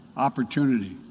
opportunity